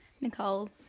Nicole